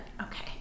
Okay